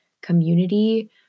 community